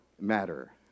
matter